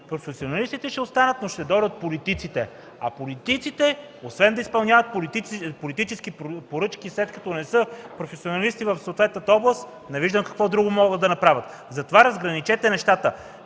професионалистите ще останат, но ще дойдат политиците. А политиците, освен да изпълняват политически поръчки, след като не са професионалисти в съответната област, не виждам какво друго могат да направят. Затова разграничете нещата